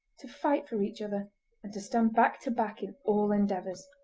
to fight for each other and to stand back to back in all endeavours.